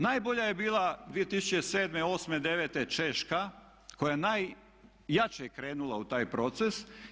Najbolja je bila 2007., osme, devete Češka koja je najjače krenula u taj proces.